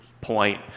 point